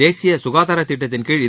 தேசிய ககாதார திட்டத்தின்கீழ்